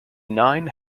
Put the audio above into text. nine